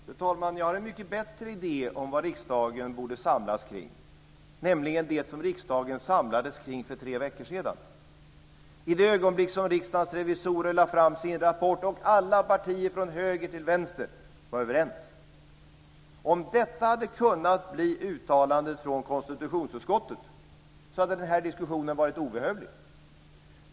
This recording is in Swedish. Fru talman! Jag har en mycket bättre idé om vad riksdagen borde samlas kring, nämligen det som riksdagen samlades kring för tre veckor sedan, i det ögonblick som Riksdagens revisorer lade fram sin rapport och alla partier från höger till vänster var överens. Om detta hade kunnat bli uttalandet från konstitutionsutskottet hade denna diskussion varit obehövlig.